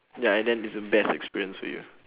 ya and then it's the best experience to you